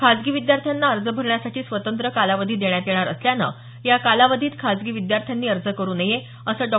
खासगी विद्यार्थ्यांना अर्ज भरण्यासाठी स्वतंत्र कालावधी देण्यात येणार असल्यानं या कालावधीत खासगी विद्यार्थ्यांनी अर्ज भरू नयेत असं डॉ